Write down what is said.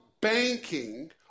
banking